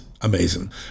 amazing